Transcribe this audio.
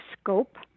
scope